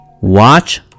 watch